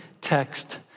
text